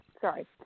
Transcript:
Sorry